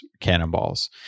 cannonballs